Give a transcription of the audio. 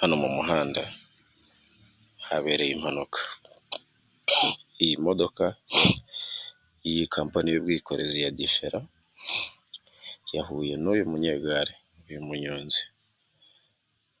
Hano mu muhanda habereye impanuka, iyi modoka yiyii kampanyi y'ubwikorezi ya difera yahuye n'uyu munyegari, uyu munyonzi